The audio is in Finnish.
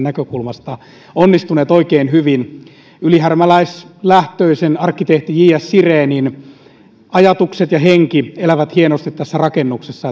näkökulmasta onnistuneet oikein hyvin ylihärmäläislähtöisen arkkitehti j s sirenin ajatukset ja henki elävät hienosti tässä rakennuksessa